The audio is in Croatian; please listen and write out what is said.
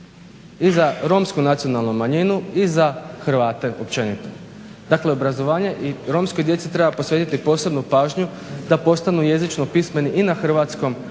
i za Romsku nacionalnu manjinu i za Hrvate općenito. Dakle, obrazovanje i romskoj djeci treba posvetiti posebnu pažnju da postanu jezično pismeni i na hrvatskom prije